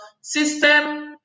system